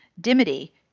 Dimity